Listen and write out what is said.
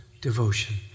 devotion